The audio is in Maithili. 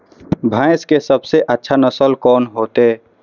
भैंस के सबसे अच्छा नस्ल कोन होते?